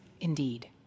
indeed